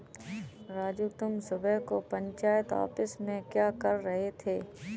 राजू तुम सुबह को पंचायत ऑफिस में क्या कर रहे थे?